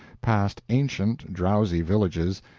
past ancient, drowsy villages,